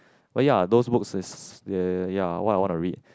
but ya those books is ya what I want to read